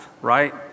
right